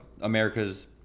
America's